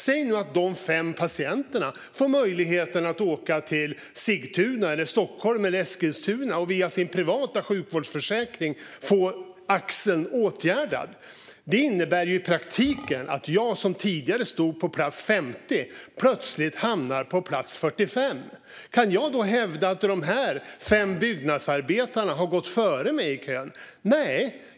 Säg nu att de fem patienterna får möjlighet att åka till Sigtuna, Stockholm eller Eskilstuna och via sin privata sjukvårdsförsäkring få axeln åtgärdad. Det innebär i praktiken att jag som tidigare stod på plats 50 plötsligt hamnar på plats 45. Kan jag då hävda att dessa fem byggnadsarbetare har gått före mig i kön? Nej!